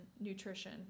nutrition